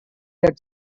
blood